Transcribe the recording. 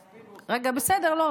לא, לא.